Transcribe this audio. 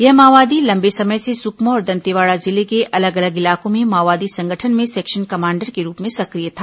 यह माओवादी लंबे समय से सुकमा और दंतेवाड़ा जिले के अलग अलग इलाकों में माओवादी संगठन में सेक्शन कमांडर के रूप में सक्रिय था